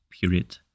Period